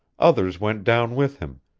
others went down with him,